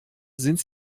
sind